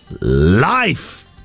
life